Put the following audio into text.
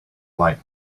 light